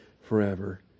forever